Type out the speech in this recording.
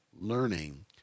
learning